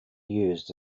used